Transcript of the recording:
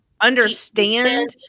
understand